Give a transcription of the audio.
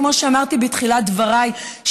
כמו שאמרתי בתחילת דבריי,